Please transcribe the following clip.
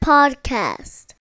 Podcast